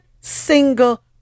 single